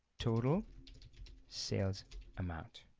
total sales amount